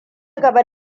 gaba